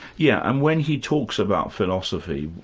yeah and when he talks about philosophy,